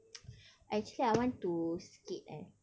actually I want to skate eh